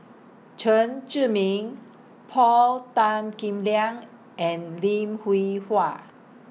Chen Zhiming Paul Tan Kim Liang and Lim Hwee Hua